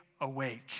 awake